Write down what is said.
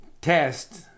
test